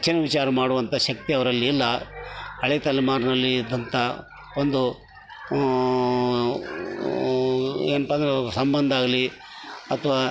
ಹೆಚ್ಚಿನ ವಿಚಾರ ಮಾಡುವಂತ ಶಕ್ತಿ ಅವರಲ್ಲಿಲ್ಲ ಹಳೆ ತಲೆಮಾರಿನಲ್ಲಿ ಇದ್ದಂತ ಒಂದು ಏನಪ್ಪ ಅಂದರೆ ಸಂಬಂಧ ಆಗಲಿ ಅಥವಾ